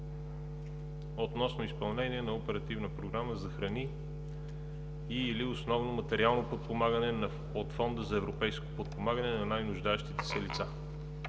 госпожо Бъчварова, Оперативна програма за храни и/или основно материално подпомагане от Фонда за европейско подпомагане на най-нуждаещите се лица